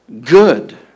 good